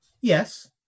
Yes